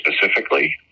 specifically